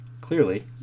clearly